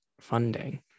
funding